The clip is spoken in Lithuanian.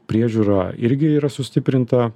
priežiūra irgi yra sustiprinta